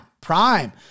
prime